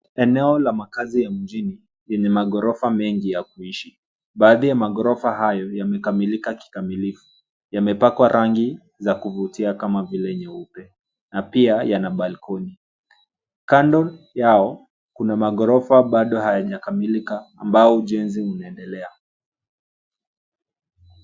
Eneo ya makazi ya mjini yenye maghorofa mengi ya kuishi. Baadhi ya maghorofa hayo yamekamilika kikamilifu. Yamepakwa rangi za kuvutia kama vile nyeupe na pia yana (cs)balcony(cs).Kando yao kuna maghorofa bado hayajakamilika ambao ujenzi unaendelea.